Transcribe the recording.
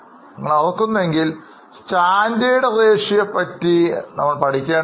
നിങ്ങൾ ഓർക്കുന്നു എങ്കിൽ സ്റ്റാൻഡേർഡ് റേഷ്യോയോ പറ്റി നമ്മൾ പഠിക്കുകയുണ്ടായി